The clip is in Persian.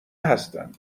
هستن